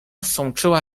sączyła